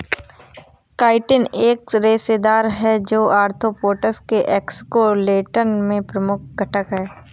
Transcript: chitin एक रेशेदार है, जो आर्थ्रोपोड्स के एक्सोस्केलेटन में प्रमुख घटक है